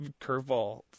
curveball